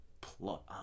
plot